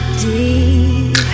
deep